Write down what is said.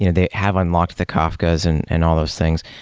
you know they have unlocked the kafkas and and all those things,